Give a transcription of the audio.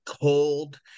cold